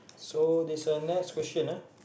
so this one next question ah